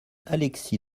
alexis